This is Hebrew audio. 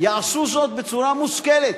יעשו זאת בצורה מושכלת,